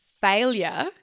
failure